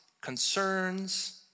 concerns